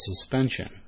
suspension